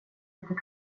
efter